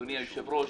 אדוני היושב-ראש,